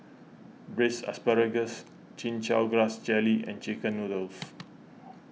Braised Asparagus Chin Chow Grass Jelly and Chicken Noodles